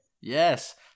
Yes